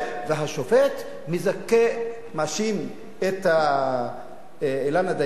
והשופט מאשים את אילנה דיין,